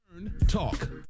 Talk